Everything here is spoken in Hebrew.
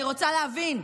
אני רוצה להבין.